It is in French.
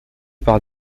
par